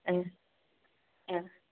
ஆ ஆ